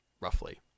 roughly